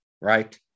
right